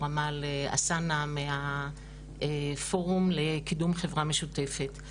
אמל אלסאנע מהפורום 'לקידום חברה משותפת'.